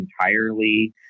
entirely